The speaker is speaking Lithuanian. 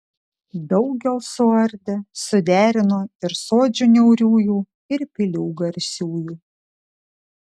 daugel suardė suderino ir sodžių niauriųjų ir pilių garsiųjų